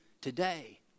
today